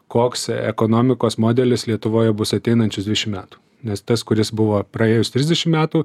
koks ekonomikos modelis lietuvoje bus ateinančius dvidešimt metų nes tas kuris buvo praėjus trisdešimt metų